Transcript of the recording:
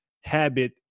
habit